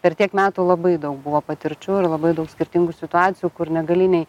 per tiek metų labai daug buvo patirčių ir labai daug skirtingų situacijų kur negali nei